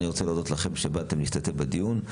אני רוצה להודות לכם שבאתם להשתתף בדיון.